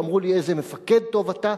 כשאמרו לי: איזה מפקד טוב אתה.